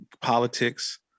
politics